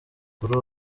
kuri